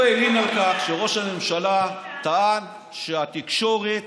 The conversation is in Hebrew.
הוא הלין על כך שראש הממשלה טען שהתקשורת